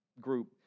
Group